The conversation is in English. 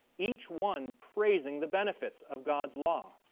each one praising the benefits of god's law!